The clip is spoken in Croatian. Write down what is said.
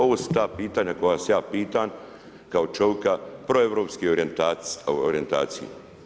Ovo su ta pitanja koja vas ja pitam, kao čovjeka proeruopske orijentacije.